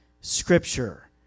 scripture